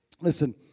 Listen